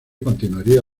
continuaría